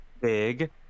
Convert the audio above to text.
Big